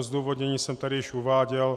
Zdůvodnění jsem tady již uváděl.